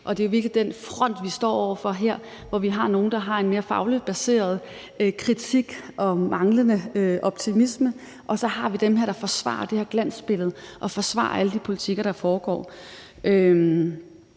Det er virkelig den front, vi står over for her, hvor vi har nogle, der har en mere fagligt baseret kritik og manglende optimisme, og så har vi dem, der forsvarer det her glansbillede og forsvarer alle de politikker, der er.